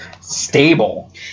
stable